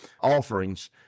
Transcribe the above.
offerings